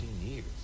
years